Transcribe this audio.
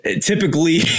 Typically